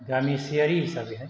गामिसेयारि हिसाबैहाय